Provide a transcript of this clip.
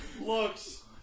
looks